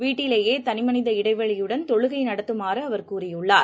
வீட்டிலேயேதனிமனித இடைவெளியுடன் தொழுகைநடத்துமாறுஅவர் கூறியுள்ளார்